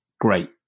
Great